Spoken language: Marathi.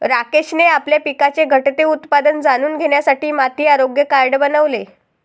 राकेशने आपल्या पिकाचे घटते उत्पादन जाणून घेण्यासाठी माती आरोग्य कार्ड बनवले